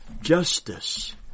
Justice